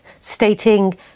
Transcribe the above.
stating